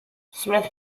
smith